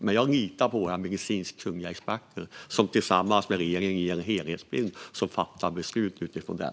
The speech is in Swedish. Men jag litar på våra medicinskt kunniga experter som tillsammans med regeringen ger en helhetsbild, och vi fattar beslut utifrån den.